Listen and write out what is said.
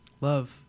Love